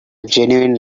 genuine